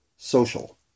Social